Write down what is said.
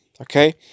Okay